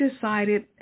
decided